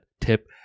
tip